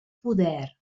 poder